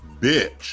bitch